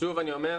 שוב, אני אומר: